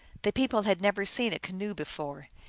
the people had never seen a canoe before.